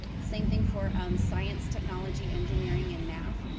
same thing for um science, technology, engineering and math.